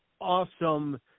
awesome